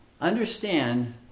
Understand